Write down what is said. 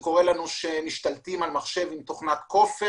זה קורה שמשתלטים על מחשב עם תוכנת כופר